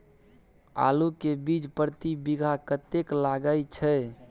आलू के बीज प्रति बीघा कतेक लागय छै?